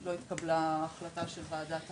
לא התקבלה החלטה של ועדת הערר.